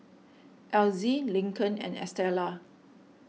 Elzy Lincoln and Estela